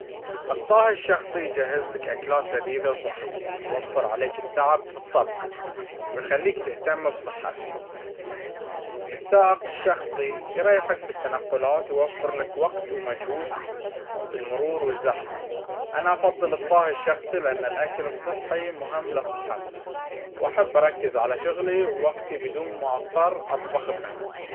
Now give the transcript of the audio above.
الطاهٍ الشخصي يجهز لك أكلات لذيذة وصحية، ويوفر عليك التعب في الطبخ ويخليك تهتم بصحتك. السائق الشخصي يريحك في التنقلات، يوفر لك وقت ومجهود في المرور والزحمة. أنا أفضل الطاهٍ الشخصي، لأن الأكل الصحي مهم لصحتنا، وأحب أركز على شغلي ووقتي بدون ما أضطر أطبخ بنفسي.